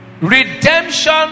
Redemption